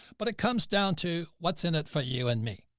but it comes down to what's in it for you and me.